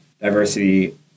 diversity